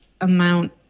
amount